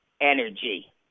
Energy